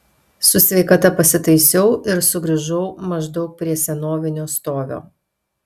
su sveikata pasitaisiau ir sugrįžau maždaug prie senovinio stovio